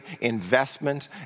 investment